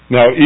Now